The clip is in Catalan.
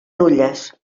nulles